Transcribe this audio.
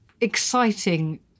exciting